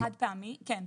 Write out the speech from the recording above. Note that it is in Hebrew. החד פעמי, כן.